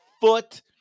foot